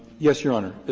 yes, your honor.